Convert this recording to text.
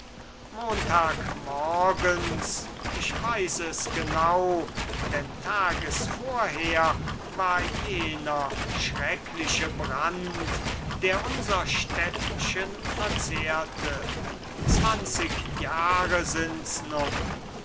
montag morgens ich weiß es genau denn tages vorher war jener schreckliche brand der unser städtchen verzehrte zwanzig jahre sind's nun